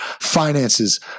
finances